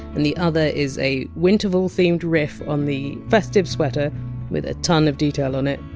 and the other is a winterval-themed riff on the festive sweater with a ton of detail on it.